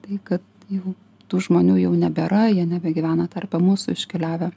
tai kad jau tų žmonių jau nebėra jie nebegyvena tarpe mūsų iškeliavę